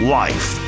life